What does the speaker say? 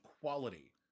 quality